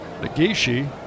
Nagishi